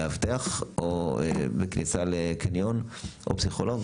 הוא מאבטח בכניסה לקניון או פסיכולוג,